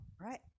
right